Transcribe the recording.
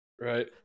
right